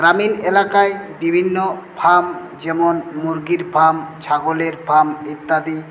গ্রামীণ এলাকায় বিভিন্ন ফার্ম যেমন মুরগির ফার্ম ছাগলের ফার্ম ইত্যাদি